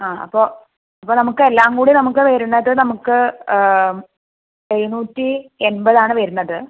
ആ അപ്പോൾ അപ്പോൾ നമുക്കെല്ലാം കൂടെ നമുക്ക് വരുന്നത് നമുക്ക് എഴുന്നൂറ്റി എൺമ്പതാണ് വരുന്നത്